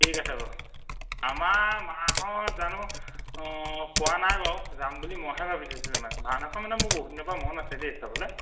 ঠিক আছে বাৰু আমাৰ মাহঁত জানো কোৱা নাই বাৰু যাম বুলি মইহে ভাবি থৈছিলোঁ মানে ভাওনাখন মানে মোৰ বহুত দিনৰপৰা মন আছে দেই চাবলৈ